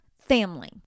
family